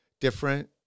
different